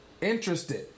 interested